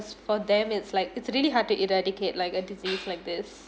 for them it's like it's really hard to eradicate like a disease like this